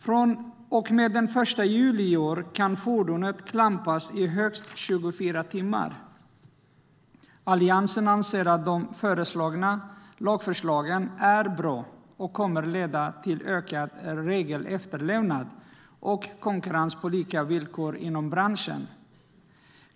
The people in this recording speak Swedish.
Från och med den 1 juli i år kan fordonet klampas i högst 24 timmar. Alliansen anser att de föreslagna lagförslagen är bra och kommer att leda till ökad regelefterlevnad och konkurrens på lika villkor inom branschen.